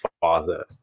father